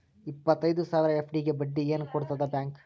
ಇಪ್ಪತ್ತೈದು ಸಾವಿರ ಎಫ್.ಡಿ ಗೆ ಬಡ್ಡಿ ಏನ ಕೊಡತದ ಬ್ಯಾಂಕ್?